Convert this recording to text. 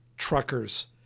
truckers